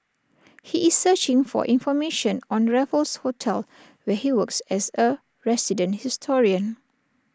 he is searching for information on Raffles hotel where he works as A resident historian